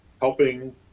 helping